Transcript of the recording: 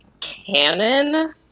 canon